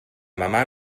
mamà